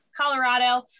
Colorado